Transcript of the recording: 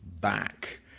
back